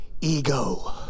ego